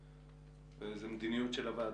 זו מדיניות של הוועדה.